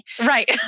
Right